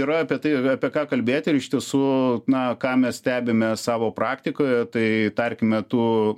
yra apie tai apie ką kalbėt ir iš tiesų na ką mes stebime savo praktikoje tai tarkime tų